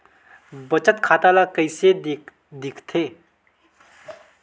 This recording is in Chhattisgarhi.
बचत खाता ला कइसे दिखथे?